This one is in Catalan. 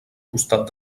costat